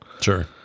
Sure